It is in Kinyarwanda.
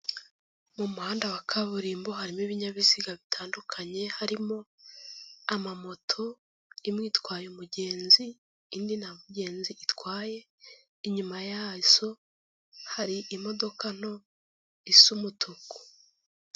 Mu muhanda wa kaburimbo, harimo ibinyabiziga bitandukanye, harimo amamoto, imwe itwaye umugenzi indi nta mugenzi itwaye, inyuma yazo hari imodoka nto isa umutuku.